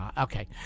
Okay